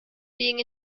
being